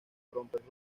romper